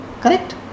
Correct